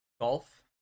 Golf